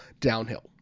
downhill